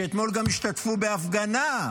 שאתמול גם השתתפו בהפגנה,